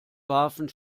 warfen